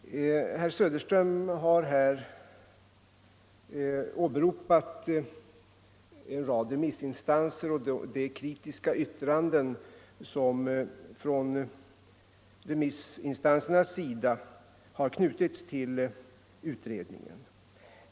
Herr Söderström har här åberopat de kritiska yttranden som från remissinstansernas sida har knutits till utredningen.